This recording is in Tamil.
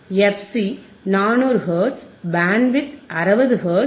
fC 400 hertz bandwidth 60 hertz